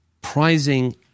prizing